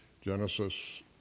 Genesis